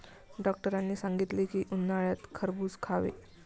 डॉक्टरांनी सांगितले की, उन्हाळ्यात खरबूज खावे